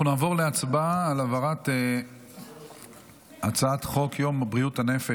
אנחנו נעבור להצבעה על העברת הצעת חוק יום בריאות הנפש,